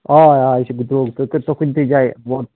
آ آ یہِ چھُ درٛۅگ تُہۍ کٔرۍزیٚو کُنہِ تہِ جایہِ مولوٗم